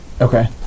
Okay